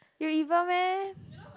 you evil meh